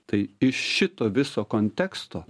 tai iš šito viso konteksto